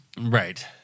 Right